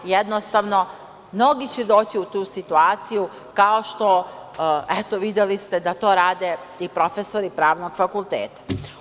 Jednostavno, mnogi će doći u tu situaciju, kao što eto videli ste da to rade ti profesori pravnog fakulteta.